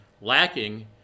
lacking